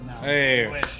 Hey